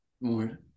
more